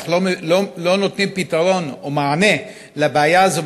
אנחנו לא נותנים פתרון או מענה לבעיה הזאת,